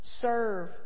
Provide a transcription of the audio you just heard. serve